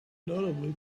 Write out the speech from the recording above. notably